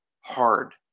hard